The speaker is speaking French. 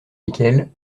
lesquels